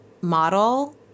model